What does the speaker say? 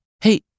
Hey